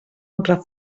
altra